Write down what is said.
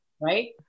Right